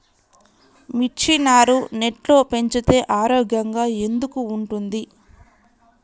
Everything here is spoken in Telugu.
మిర్చి నారు నెట్లో పెంచితే ఆరోగ్యంగా ఎందుకు ఉంటుంది?